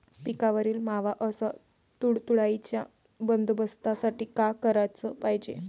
पिकावरील मावा अस तुडतुड्याइच्या बंदोबस्तासाठी का कराच पायजे?